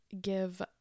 give